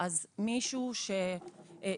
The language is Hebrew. זה יד ביד.